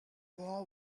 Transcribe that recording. war